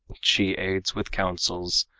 she aids with counsels,